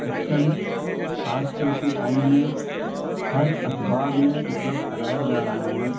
section आजकल के time में हर अखबार में उपलब्ध कराया जा रहा है